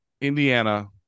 indiana